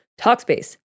Talkspace